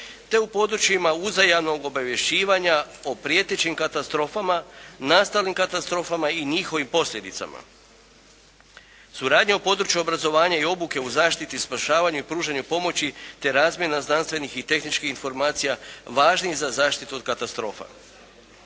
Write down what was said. te u područjima uzajamnog obavješćivanja o prijetećim katastrofama, nastalim katastrofama i njihovim posljedicama, suradnja u području obrazovanja i obuke u zaštiti, spašavanju i pružanju pomoći te razmjena znanstvenih i tehničkih informacija važnih za zaštitu od katastrofa.